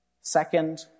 Second